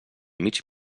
mig